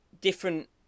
different